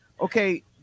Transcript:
okay